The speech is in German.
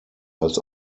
als